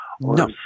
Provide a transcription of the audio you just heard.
No